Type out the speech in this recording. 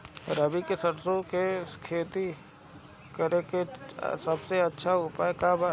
रबी में सरसो के खेती करे के सबसे अच्छा उपाय का बा?